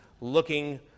looking